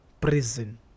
prison